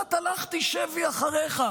כמעט הלכתי שבי אחריך.